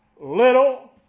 little